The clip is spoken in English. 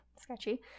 Sketchy